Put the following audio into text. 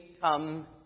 come